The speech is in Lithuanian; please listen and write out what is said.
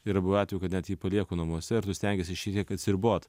yra buvę atvejų kad net jį palieku namuose ar tu stengiesi šiek tiek atsiribot